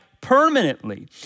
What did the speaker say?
permanently